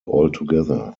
altogether